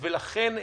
לכן,